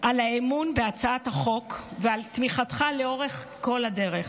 על האמון בהצעת החוק ועל תמיכתך לכל אורך הדרך.